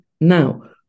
Now